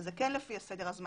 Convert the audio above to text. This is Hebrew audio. זה כן לפי סדר הזמנים.